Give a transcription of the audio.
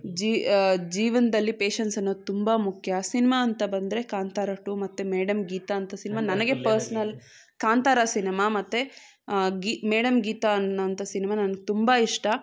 G ಜೀವನದಲ್ಲಿ patience ಅನ್ನೋದು ತುಂಬ ಮುಖ್ಯ ಸಿನ್ಮಾ ಅಂತ ಬಂದರೆ ಕಾಂತಾರ ಟೂ ಮತ್ತು ಮೇಡಮ್ ಗೀತಾ ಅಂತ ಸಿನ್ಮಾ ನನಗೆ ಪರ್ಸ್ನಲ್ ಕಾಂತಾರ ಸಿನಿಮಾ ಮತ್ತು ಗಿ ಮೇಡಮ್ ಗೀತಾ ಅನ್ನೊಂಥ ಸಿನ್ಮಾ ನನ್ಗೆ ತುಂಬ ಇಷ್ಟ